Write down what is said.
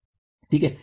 ठीक है न